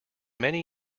many